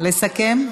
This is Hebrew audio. לסכם?